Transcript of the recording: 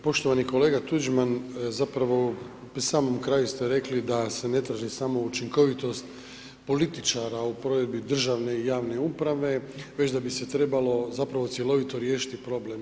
Poštovani kolega Tuđman, zapravo pri samom kraju ste rekli da se ne traži samo učinkovitost političara o provedbi državne i javne uprave već da bi se trebalo zapravo cjelovito riješiti problem.